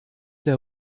der